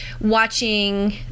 watching